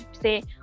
say